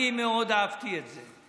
אני מאוד אהבתי את זה.